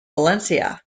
valencia